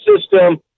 system